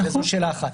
זאת שאלה אחת,